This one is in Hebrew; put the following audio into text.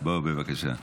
בוא בבקשה.